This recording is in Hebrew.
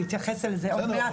אני אתייחס לזה עוד מעט,